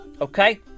Okay